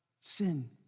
sin